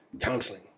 Counseling